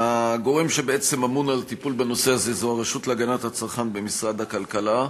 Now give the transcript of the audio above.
הגורם שאמון על הטיפול בנושא הזה הוא הרשות להגנת הצרכן במשרד הכלכלה.